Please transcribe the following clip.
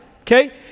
Okay